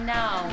now